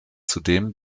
zudem